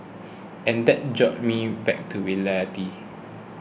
and that jolted me back to reality